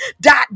dot